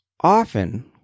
Often